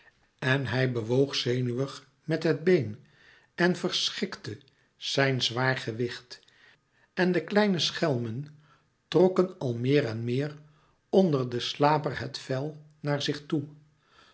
en hij bewoog zenuwig met het been en verschikte zijn zwaar gewicht en de kleine schelmen trokken al meer en meer onder den slaper het vel naar zich toe